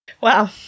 Wow